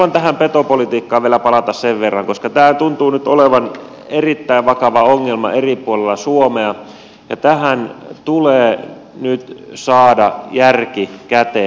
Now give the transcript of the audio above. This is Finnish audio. haluan tähän petopolitiikkaan vielä palata koska tämä tuntuu nyt olevan erittäin vakava ongelma eri puolilla suomea ja tähän tulee nyt saada järki käteen